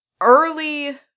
early